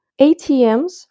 ATMs